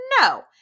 no